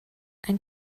ein